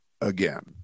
again